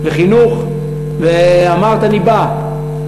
ואמרת: אני באה.